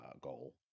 goal